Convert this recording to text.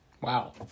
Wow